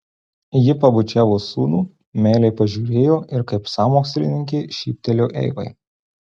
ji pabučiavo sūnų meiliai pažiūrėjo ir kaip sąmokslininkė šyptelėjo eivai